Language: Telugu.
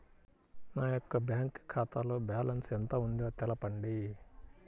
నా యొక్క బ్యాంక్ ఖాతాలో బ్యాలెన్స్ ఎంత ఉందో తెలపండి?